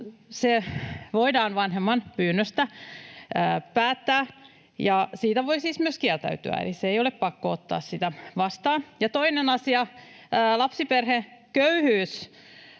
Se voidaan vanhemman pyynnöstä päättää. Siitä voi siis myös kieltäytyä, eli ei ole pakko ottaa sitä vastaan. Ja toinen asia. Lapsiperheköyhyys